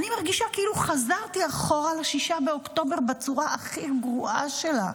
אני מרגישה כאילו חזרתי אחורה ל-6 באוקטובר בצורה הכי גרועה שלה.